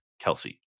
Kelsey